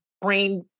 brain